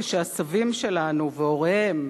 כשהסבים שלנו והוריהם,